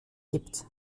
gibt